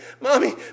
Mommy